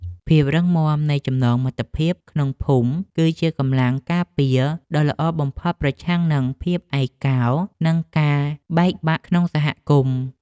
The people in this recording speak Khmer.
ភាពរឹងមាំនៃចំណងមិត្តភាពក្នុងភូមិ គឺជាកម្លាំងការពារដ៏ល្អបំផុតប្រឆាំងនឹងភាពឯកោនិងការបែកបាក់ក្នុងសង្គម។